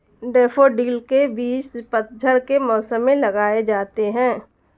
daffodil के बीज पतझड़ के मौसम में लगाए जाते हैं